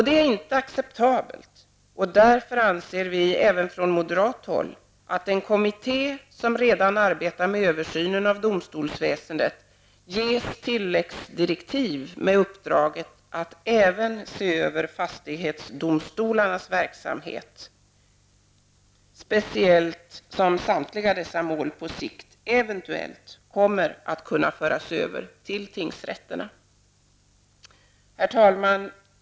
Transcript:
Det är inte acceptabelt och därför anser vi även från moderat håll att den kommitté som redan arbetar med översynen av domstolsväsendet ges tilläggsdirektiv med uppdraget att även se över fastighetsdomstolarnas verksamhet, speciellt som samtliga dessa mål på sikt eventuellt kommer att föras över till tingsrätterna. Herr talman!